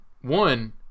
one